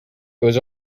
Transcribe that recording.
was